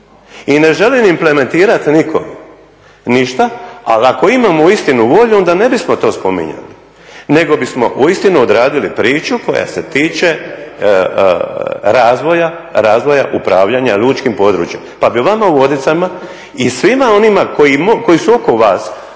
I ne želim implementirati nikom ništa, ali ako imamo uistinu volju onda ne bismo to spominjali, nego bismo uistinu odradili priču koja se tiče razvoja upravljanja lučkim područjem. Pa bi vama u Vodicama, i svima onima koji su oko vas